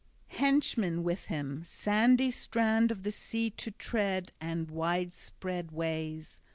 henchmen with him, sandy strand of the sea to tread and widespread ways.